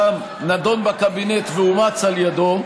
גם נדון בקבינט ואומץ על ידו.